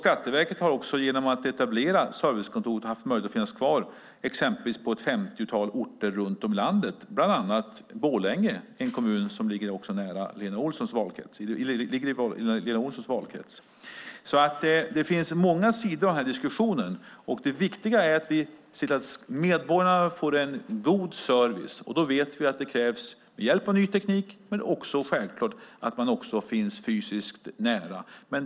Skatteverket har, genom att etablera servicekontor, kunnat finnas kvar på ett femtiotal orter i landet, bland annat i Borlänge - en kommun som ligger i Lena Olssons valkrets. Det finns många sidor av den här diskussionen. Det viktiga är att vi ser till att medborgarna får god service. Då krävs det hjälp av ny teknik och att man finns fysiskt nära.